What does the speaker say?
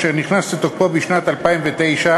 אשר נכנס לתוקפו בשנת 2009,